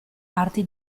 arti